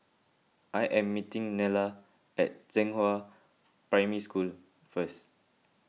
I am meeting Nella at Zhenghua Primary School first